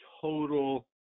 total